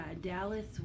Dallas